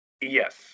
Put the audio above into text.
Yes